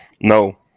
No